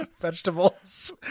vegetables